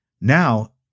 Now